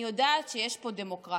אני יודעת שיש פה דמוקרטיה.